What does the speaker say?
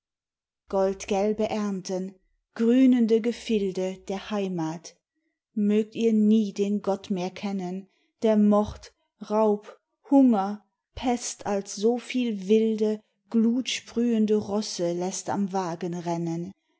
goldgelbe ernten grünende gefilde der heimath mögt ihr nie den gott mehr kennen der mord raub hunger pest als soviel wilde gluthsprüh'nde rosse läßt am wagen rennen